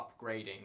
upgrading